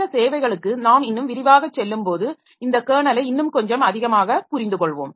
இந்த சேவைகளுக்கு நாம் இன்னும் விரிவாகச் செல்லும்போது இந்த கெர்னலை இன்னும் கொஞ்சம் அதிகமாக புரிந்துகொள்வோம்